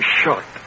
shot